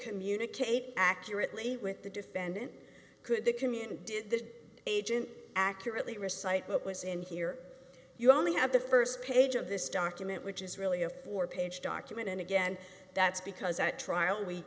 communicate accurately with the defendant could the caon did the agent accurately recite what was in here you only have the st page of this document which is really a four page document and again that's because at trial we